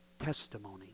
testimony